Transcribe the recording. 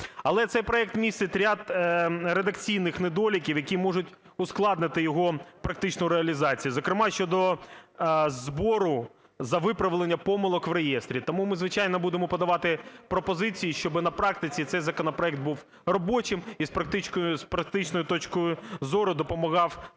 Але цей проект містить ряд редакційних недоліків, які можуть ускладнити його практичну реалізацію, зокрема щодо збору за виправлення помилок в реєстрі. Тому ми звичайно будемо подавати пропозиції, щоб на практиці цей законопроект був робочим і з практичної точкою зору допомагав